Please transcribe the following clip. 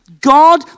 God